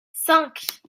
cinq